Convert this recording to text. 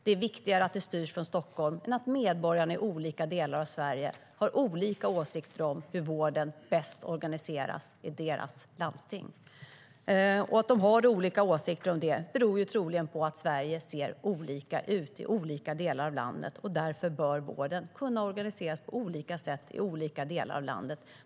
Det är viktigare att det styrs från Stockholm än att medborgarna i olika delar av Sverige har olika åsikter om hur vården bäst organiseras i deras landsting. Och att de har olika åsikter om det beror troligen på att Sverige ser olika ut i olika delar av landet. Därför bör vården kunna organiseras på olika sätt i olika delar av landet.